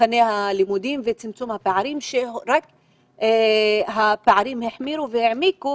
תכני הלימודים וצמצום הפערים שרק החמירו והעמיקו